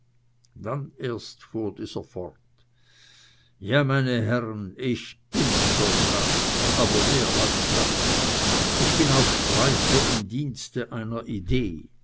dann erst fuhr dieser fort ja meine herren ich bin soldat aber mehr als das ich bin auch streiter im dienst einer idee